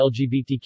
LGBTQ